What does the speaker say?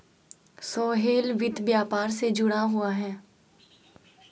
सोहेल वित्त व्यापार से जुड़ा हुआ है